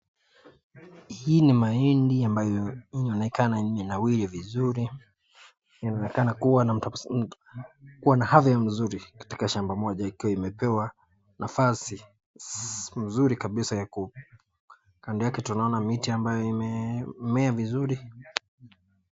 Hii ni mahindi ambayo inaonekana imenawiri vizuri inaoneka kuwa na afya mzuri katika shamba moja ikiwa imepewa nafasi mzuri kabisa ya kukua. Kando yake tunaona miti imemea vizuri.